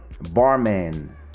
barman